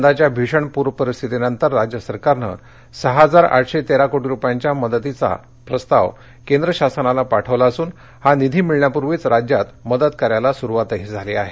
यंदाच्या भीषण प्रपरिस्थितीनंतर राज्य सरकारनं सहा हजार आठशे तेरा कोटींच्या मदतीचा केंद्र शासनाला प्रस्ताव पाठवला असून हा निधी मिळण्यापूर्वीच राज्यात मदतकार्याला सुरूवातही केली आहे